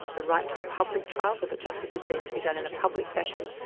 the right to a public trial, so that justice is seen to be done in a public fashion,